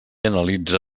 analitza